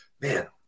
man